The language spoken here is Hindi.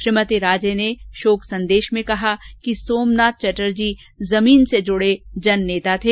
श्रीमती राजे ने अपने संवेदना संदेश में कहा कि सोमनाथ चटर्जी जमीन से जुड़े जननेता थे